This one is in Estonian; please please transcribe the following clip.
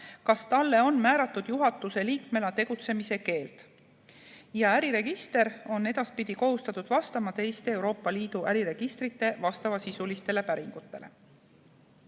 kas talle on määratud juhatuse liikmena tegutsemise keeld. Äriregister on edaspidi kohustatud vastama teiste Euroopa Liidu äriregistrite vastavasisulistele päringutele.